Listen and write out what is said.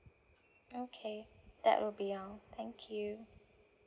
okay that will be all thank you